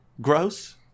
gross